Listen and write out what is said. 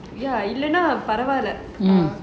இல்லனா பரவால்ல:illana paravalla